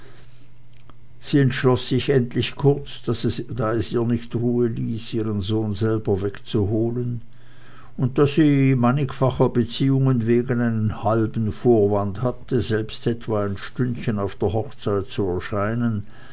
sie entschloß sich endlich kurz da es ihr nicht ruhe ließ ihren sohn selbst wegzuholen und da sie mannigfacher beziehungen wegen einen halben vorwand hatte selbst etwa ein stündchen auf der hochzeit zu erscheinen